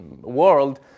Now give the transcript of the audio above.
world